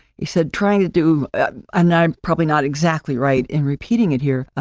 he said trying to do and i'm probably not exactly right and repeating it here,